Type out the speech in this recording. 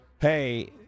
hey